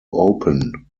open